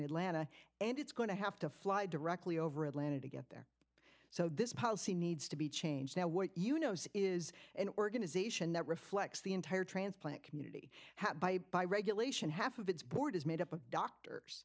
atlanta and it's going to have to fly directly over atlanta to get there so this policy needs to be changed now what you know is an organization that reflects the entire transplant community had by by regulation half of its board is made up of doctors